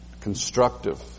constructive